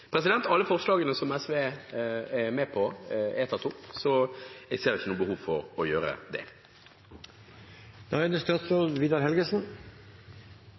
Alle forslagene som SV er med på, er tatt opp, så jeg skal ikke gjøre det. Jeg føler meg fristet til å